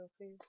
please